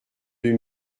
deux